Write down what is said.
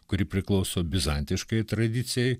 kuri priklauso bizantiškajai tradicijai